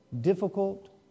Difficult